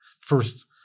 first